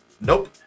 Nope